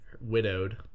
widowed